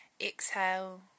Exhale